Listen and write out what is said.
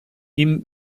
ihm